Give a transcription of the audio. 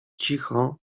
cicho